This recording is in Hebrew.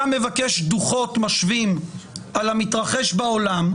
אתה מבקש דוחות משווים על המתרחש בעולם,